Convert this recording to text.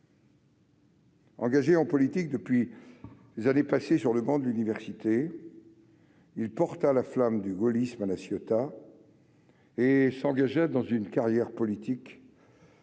Engagé en politique depuis les années passées sur les bancs de l'université, il porta la flamme du gaullisme à La Ciotat et s'engagea dans une carrière politique